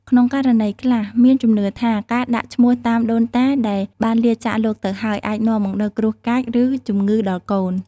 ក្នុងករណីខ្លះ មានជំនឿថា ការដាក់ឈ្មោះតាមដូនតាដែលបានលាចាកលោកទៅហើយ អាចនាំមកនូវគ្រោះកាច ឬជំងឺដល់កូន។